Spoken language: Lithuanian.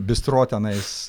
bistro tenais